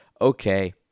Okay